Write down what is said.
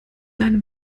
einem